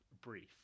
brief